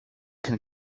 can